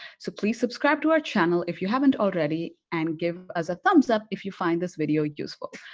so, please subscribe to our channel if you haven't already and give us a thumbs up if you find this video useful.